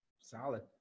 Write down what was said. Solid